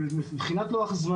מבחינת לו"ז,